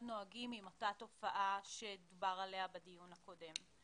נוהגים עם אותה תופעה עליה דובר בדיון הקודם.